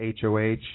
HOH